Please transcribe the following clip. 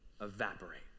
evaporate